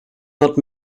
not